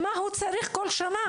צריך לחדש כל שנה?